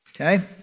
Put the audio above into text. okay